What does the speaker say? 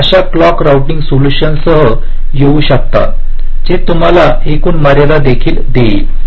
तुम्ही अशा clock routing solution सह येऊ शकता जे तुम्हाला एकूण मर्यादा देखील देईल